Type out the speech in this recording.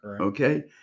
okay